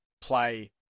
play